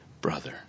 brother